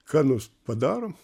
ką nors padarom